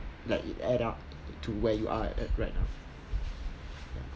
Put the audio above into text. like it add up to where you are at right now